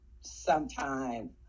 sometime